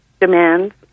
demands